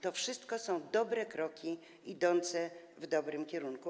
To wszystko są dobre kroki idące w dobrym kierunku.